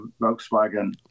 Volkswagen